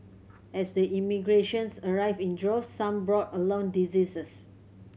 as the immigrants arrived in droves some brought along diseases